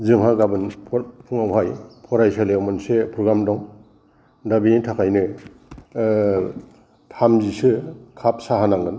जोंहा गाबोन फुङावहाय फरायसालियाव मोनसे प्रग्राम दं दा बेनि थाखायनो थामजिसो काप साहा नांगोन